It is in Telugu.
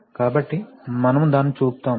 కాబట్టి మనము దానిని చూపుతాము